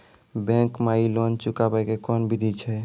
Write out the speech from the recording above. Bank माई loan चुकाबे के कोन बिधि छै?